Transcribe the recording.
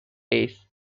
days